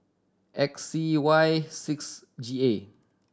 X C Y six G A